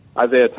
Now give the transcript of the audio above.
Isaiah